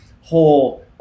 whole